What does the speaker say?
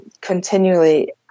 continually